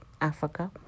Africa